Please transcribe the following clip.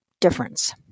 difference